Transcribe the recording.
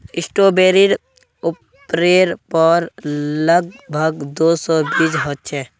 स्ट्रॉबेरीर उपरेर पर लग भग दो सौ बीज ह छे